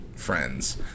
friends